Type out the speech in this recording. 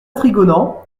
trigonant